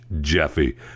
Jeffy